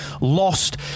Lost